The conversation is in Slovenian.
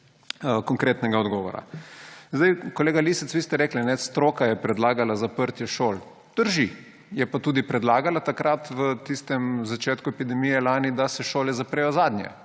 konkretnega odgovora. Kolega Lisec, vi ste rekli, stroka je predlagala zaprtje šol. Drži. Je pa tudi predlagala takrat na začetku epidemije lani, da se šole zaprejo zadnje,